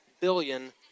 billion